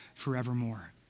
forevermore